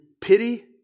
pity